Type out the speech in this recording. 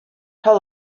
how